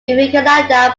vivekananda